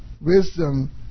wisdom